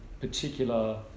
particular